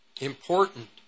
important